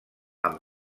amb